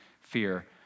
fear